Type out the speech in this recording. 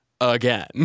again